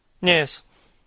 Yes